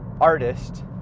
artist